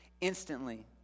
Instantly